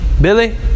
Billy